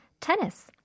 tennis